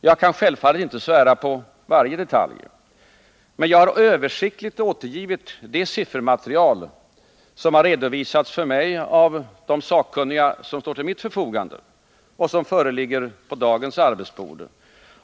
Jag kan självfallet inte svära på varje detalj i denna analys, men jag har översiktligt återgivit det siffermaterial vilket redovisats för mig av de sakkunniga, som står till mitt förfogande, och vilket ligger på dagens arbetsbord.